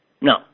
No